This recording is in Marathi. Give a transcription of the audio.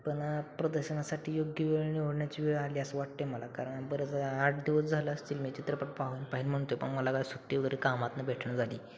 पण प्रदर्शनासाठी योग्य वेळ निवडण्याची वेळ आली असं वाटते मला कारण बरंच आठ दिवस झालं असतील मी चित्रपट पाहून पाहिजे म्हणून ते पण मला काय सुट्टी वगैरे कामातनं भेटना झाली